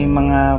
mga